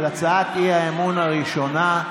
על הצעת האי-אמון הראשונה,